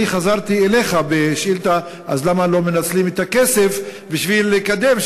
אני חזרתי אליך בשאילתה: למה לא מנצלים את הכסף בשביל לקדם?